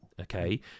okay